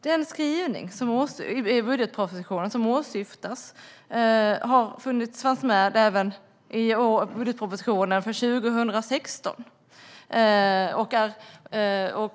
Herr talman! Den skrivning i budgetpropositionen som åsyftas fanns med även i budgetpropositionen för 2016.